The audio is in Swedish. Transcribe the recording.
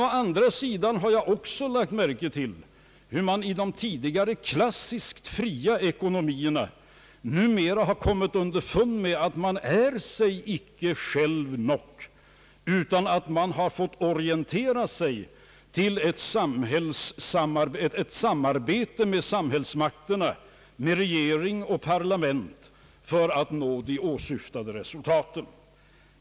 Å andra sidan har jag också lagt märke till hur man i de tidigare klassiskt fria ekonomierna numera har kommit underfund med att man inte är sig själv nog utan har fått orientera sig mot ett samarbete med samhällsmakterna, med regering och parlament, för att nå de åsyftade resultaten.